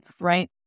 right